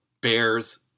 bears